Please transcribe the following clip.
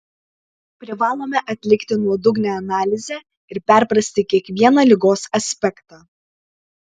privalome atlikti nuodugnią analizę ir perprasti kiekvieną ligos aspektą